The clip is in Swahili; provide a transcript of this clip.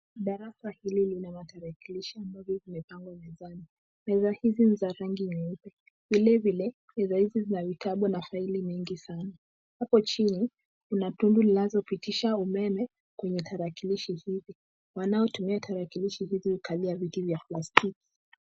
Darasa hili lina matarakilishi ambavyo vimepangwa mezani. Meza hizi ni za rangi nyeupe. Vilevile, meza hizi zina vitabu na faili mingi sana. Hapo chini kuna tundu linalopitisha umeme kwenye tarakilishi hizi. Wanaotumia tarakilishi hizi hukalia viti vya plastiki.